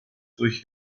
durch